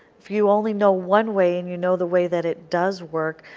if you only no one way, and you know the way that it does work,